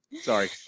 Sorry